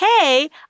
hey